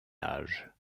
âge